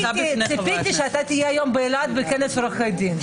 ציפיתי שאתה תהיה היום באילת בכנס עורכי דין,